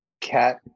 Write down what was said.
cat